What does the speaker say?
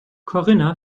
corinna